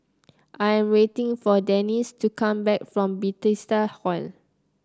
I am waiting for Denisse to come back from Bethesda Hall